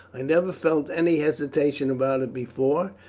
i never felt any hesitation about it before,